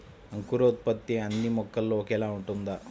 అంకురోత్పత్తి అన్నీ మొక్కల్లో ఒకేలా ఉంటుందా?